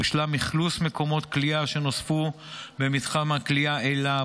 הושלם אכלוס מקומות כליאה שנוספו במתחם הכליאה אלה,